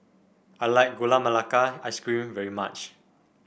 I like Gula Melaka Ice Cream very much